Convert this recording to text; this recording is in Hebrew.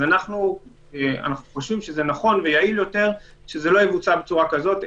אנחנו חושבים שזה נכון ויעיל יותר שזה לא יבוצע בצורה כזאת,